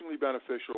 beneficial